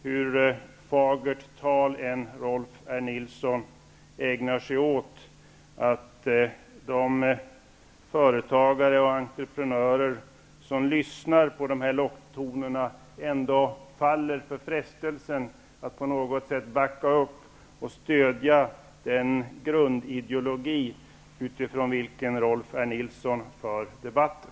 Hur fagert tal Rolf L. Nilson än ägnar sig åt tror jag ändå inte att de företagare och entreprenörer som lyssnar till locktonerna faller för frestelsen att på något sätt backa upp och stödja den grundideologi utifrån vilken Rolf L. Nilson för debatten.